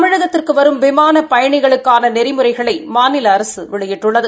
தமிழகத்திற்கு வரும் விமான பயணிகளுக்கான நெறிமுறைகளை மாநில அரசு வெளியிட்டுள்ளது